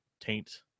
taint